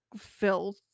filth